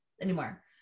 anymore